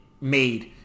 made